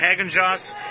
Hagenjoss